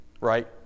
right